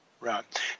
Right